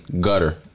gutter